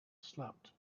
slept